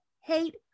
hate